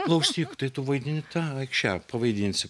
klausyk tai tu vaidinti tą eikš čia pavaidinsi